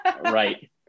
right